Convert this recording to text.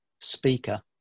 speaker